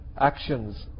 actions